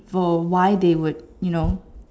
for why they would you know